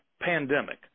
pandemic